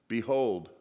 Behold